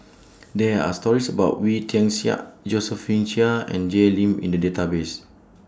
There Are stories about Wee Tian Siak Josephine Chia and Jay Lim in The Database